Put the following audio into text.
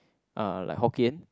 uh like Hokkien